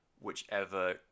whichever